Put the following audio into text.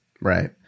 Right